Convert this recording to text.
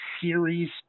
Series